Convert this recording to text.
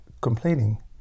complaining